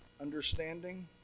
understanding